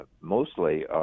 mostly